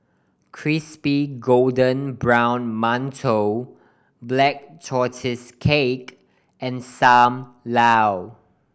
crispy golden brown mantou Black Tortoise Cake and Sam Lau